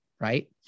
right